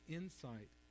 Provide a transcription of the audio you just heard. insight